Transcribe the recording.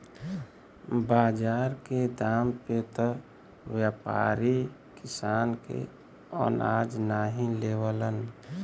बाजार के दाम पे त व्यापारी किसान के अनाज नाहीं लेवलन